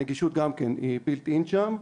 הנגישות גם כן היא בילד-אין שם.